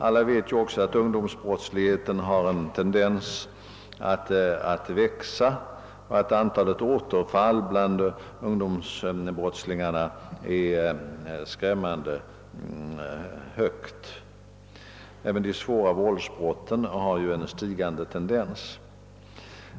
Alla vet också att ungdomsbrottsligheten har en tendens att öka och att antalet återfall bland ungdomsbrottslingarna är skrämmande högt. Även de svåra våldsbrotten har en stigande tendens.